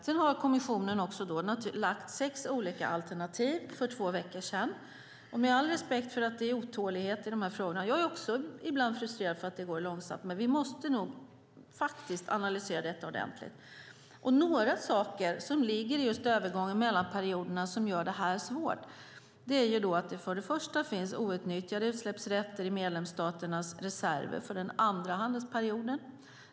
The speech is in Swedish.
Sedan har kommissionen också lagt fram sex olika alternativ för två veckor sedan. Jag har all respekt för att det är otålighet i dessa frågor. Jag är också ibland frustrerad över att det går långsamt. Men vi måste nog analysera detta ordentligt. Några saker som ligger i övergången mellan perioderna som gör detta svårt är att det för det första finns outnyttjade utsläppsrätter i medlemsstaternas reserver för den andra handelsperioden.